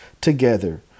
together